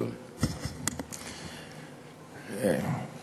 בבקשה, אדוני.